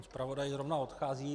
Pan zpravodaj zrovna odchází.